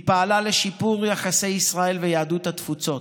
היא פעלה לשיפור יחסי ישראל ויהדות התפוצות,